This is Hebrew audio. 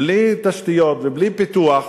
בלי תשתיות ובלי פיתוח,